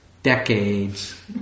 decades